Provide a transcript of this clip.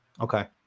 Okay